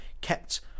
kept